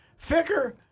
Ficker